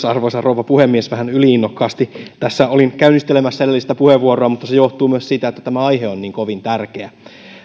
arvoisa rouva puhemies vähän yli innokkaasti olin käynnistelemässä edellistä puheenvuoroa mutta se johtuu myös siitä että tämä aihe on niin kovin tärkeä